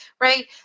right